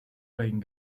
playing